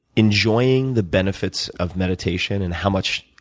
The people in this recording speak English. enjoying the benefits of meditation and how much,